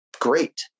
great